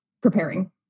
preparing